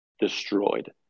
destroyed